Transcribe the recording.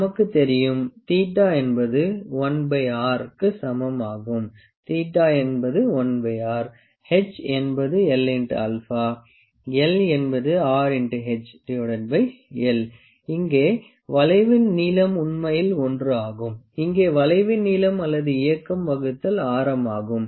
நமக்கு தெரியும் θ என்பது 1R க்கு சமம் ஆகும் θ lR h L×α l R×hL இங்கே வளைவின் நீளம் உண்மையில் l ஆகும் இங்கே வளைவின் நீளம் அல்லது இயக்கம் வகுத்தல் ஆறம் ஆகும்